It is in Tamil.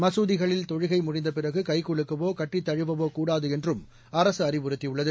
மசூதிகளில் தொழுகை முடிந்தபிறகு கைகுலுக்கவோ கட்டித் தழுவவோ கூடாது என்றும் அரசு அறிவுறுத்தியுள்ளது